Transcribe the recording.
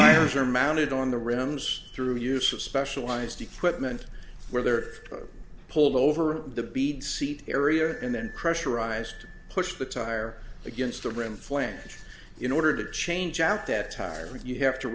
lines are mounted on the rims through use of specialized equipment where they're pulled over the bead seat area and then pressurized push the tire against the rim flange in order to change out that tyrant you have to